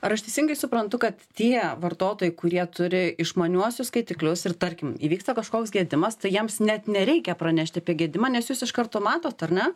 ar aš teisingai suprantu kad tie vartotojai kurie turi išmaniuosius skaitiklius ir tarkim įvyksta kažkoks gedimas tai jiems net nereikia pranešti apie gedimą nes jūs iš karto matot ar ne